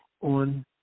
on